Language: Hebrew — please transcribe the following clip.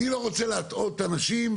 אני לא רוצה להטעות אנשים.